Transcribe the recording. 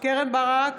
קרן ברק,